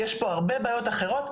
יש פה הרבה בעיות אחרות,